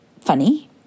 funny